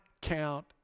count